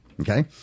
Okay